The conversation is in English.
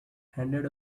handed